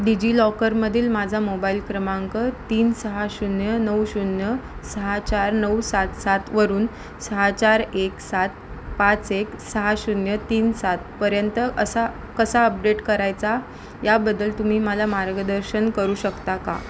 डिजिलॉकरमधील माझा मोबाईल क्रमांक तीन सहा शून्य नऊ शून्य सहा चार नऊ सात सातवरून सहा चार एक सात पाच एक सहा शून्य तीन सातपर्यंत असा कसा अपडेट करायचा याबद्दल तुम्ही मला मार्गदर्शन करू शकता का